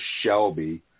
Shelby